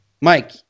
Mike